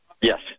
Yes